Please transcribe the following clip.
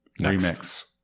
Remix